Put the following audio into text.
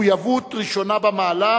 מחויבות ראשונה במעלה